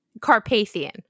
carpathian